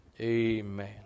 amen